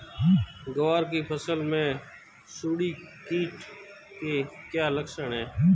ग्वार की फसल में सुंडी कीट के क्या लक्षण है?